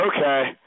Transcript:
Okay